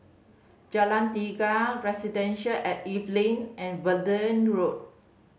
Jalan Tiga Residences at Evelyn and Verde Road